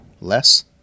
less